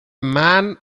man